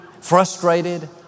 frustrated